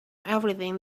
everything